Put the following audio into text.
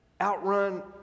outrun